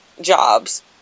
jobs